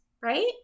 right